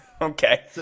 Okay